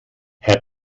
herr